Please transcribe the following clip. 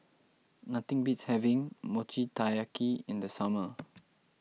nothing beats having Mochi Taiyaki in the summer